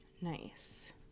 Nice